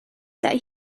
that